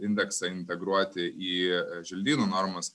indeksą integruoti į želdynų normas